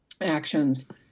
actions